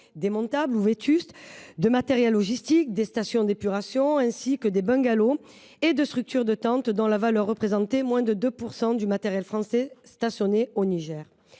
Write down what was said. démontables ou vétustes, de matériels logistiques, de stations d’épuration ou encore de bungalows et de structures de tentes, dont la valeur représente moins de 2 % du matériel français stationné au Niger.